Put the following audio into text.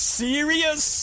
serious